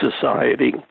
Society